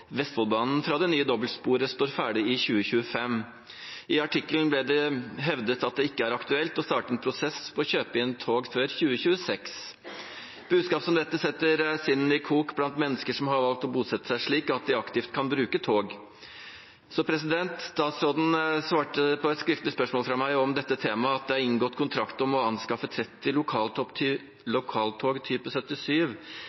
Vestfoldbanen fra det nye dobbeltsporet står ferdig i 2025. I artikkelen ble det hevdet at det ikke er aktuelt å starte en prosess for å kjøpe inn tog før 2026. Budskap som dette setter sinnene i kok blant mennesker som har valgt å bosette seg slik at de aktivt kan bruke tog. Statsråden svarte på et skriftlig spørsmål fra meg om dette temaet: «Det er inngått kontrakt om å anskaffe 30